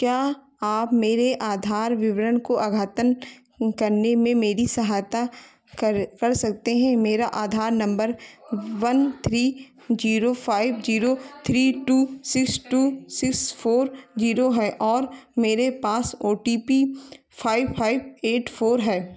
क्या आप मेरे आधार विवरण को अघतन करने में मेरी सहायता कर कर सकते हैं मेरा Aadhaar number one three zero five zero three two six two six four zero है और मेरे पास O T P five five eight four है